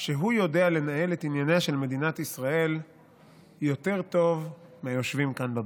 שהוא יודע לנהל את מדינת ישראל יותר טוב מהיושבים כאן בבית,